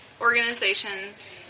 organizations